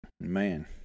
Man